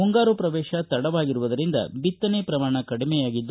ಮುಂಗಾರು ಪ್ರವೇಶ ತಡವಾಗಿರುವದರಿಂದ ಬಿತ್ತನೆ ಪ್ರಮಾಣ ಕಡಿಮೆಯಾಗಿದೆ